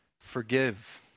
forgive